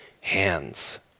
hands